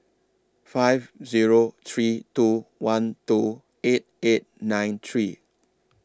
five Zero three two one two eight eight nine three